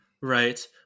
right